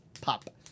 Pop